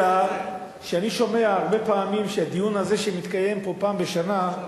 אלא שאני שומע הרבה פעמים שהדיון הזה שמתקיים פה פעם בשנה,